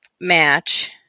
match